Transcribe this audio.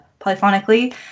polyphonically